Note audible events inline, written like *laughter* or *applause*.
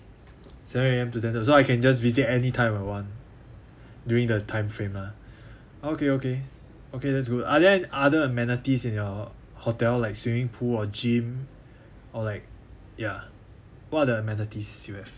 seven A_M to ten thirty so I can just visit any time I want during the time frame lah *breath* okay okay okay that's good are there other amenities in your hot~ hotel like swimming pool or gym or like ya what are the amenities you have